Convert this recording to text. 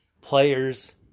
players